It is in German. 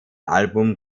album